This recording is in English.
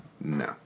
no